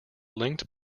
linked